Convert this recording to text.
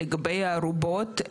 לגבי הארובות,